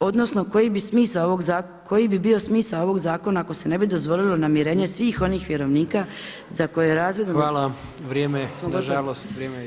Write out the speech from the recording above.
odnosno koji bi smisao ovog, koji bi bio smisao ovog zakona ako se ne bi dozvolilo namirenje svih onih vjerovnika za koje je razvidno [[Upadica Jandroković: Hvala, vrijeme je, nažalost vrijeme je isteklo.]] Jesmo gotovi?